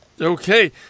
Okay